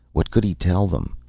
what could he tell them?